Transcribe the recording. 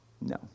No